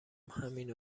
همینو